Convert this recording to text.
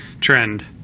trend